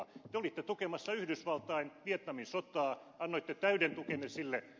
te olitte tukemassa yhdysvaltain vietnamin sotaa annoitte täyden tukenne sille